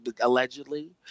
allegedly